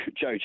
joe